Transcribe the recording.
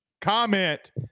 Comment